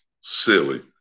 silly